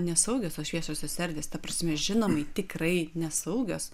nesaugios tos šviesiosios erdvės ta prasme žinomai tikrai nesaugios